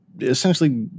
essentially –